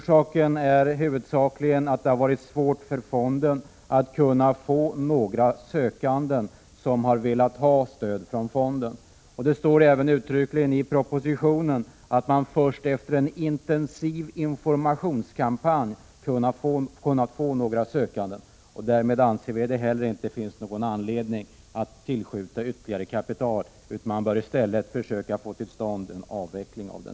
Skälet är huvudsakligen att det har varit svårt för fonden att få några sökande som velat ha stöd från fonden. Det står uttryckligen i propositionen att man först efter en intensiv informationskampanj kunnat få några sökande. Därmed anser vi att det inte finns någon anledning att tillskjuta ytterligare kapital utan att man i stället bör försöka få till stånd en avveckling av den.